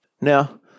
Now